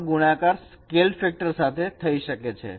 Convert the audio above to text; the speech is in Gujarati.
તેનો ગુણાકાર સ્કેલ ફેક્ટર સાથે થઈ શકે છે